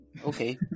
okay